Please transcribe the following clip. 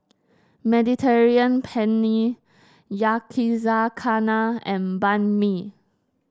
Mediterranean Penne Yakizakana and Banh Mi